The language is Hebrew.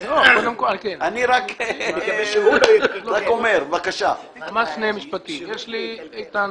קודם כל תודה לך איתן